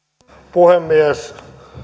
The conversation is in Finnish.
puhemies on